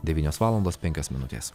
devynios valandos penkios minutės